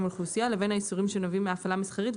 אוכלוסייה לבין האיסורים שנובעים מהפעלה מסחרית,